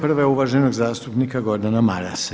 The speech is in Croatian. Prva je uvaženog zastupnika Gordana Marasa.